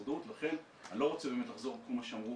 לכן אני לא רוצה באמת לחזור על כל מה שאמרו